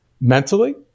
mentally